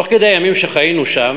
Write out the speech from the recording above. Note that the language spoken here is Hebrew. תוך כדי הימים שחיינו שם